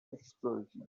explosion